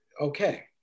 okay